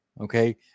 okay